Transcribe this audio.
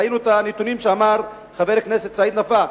ראינו את הנתונים שהביא חבר הכנסת סעיד נפאע,